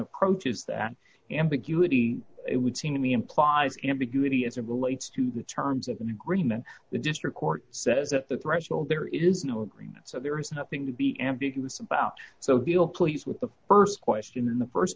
approaches that ambiguity it would seem to me implies ambiguity as it relates to the terms of an agreement the district court says that the threshold there is no agreement so there is nothing to be ambiguous about so deal please with the st question in the